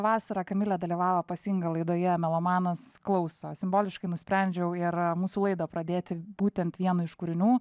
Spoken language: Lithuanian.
vasarą kamilė dalyvavo pas ingą laidoje melomanas klauso simboliškai nusprendžiau ir mūsų laidą pradėti būtent vienu iš kūrinių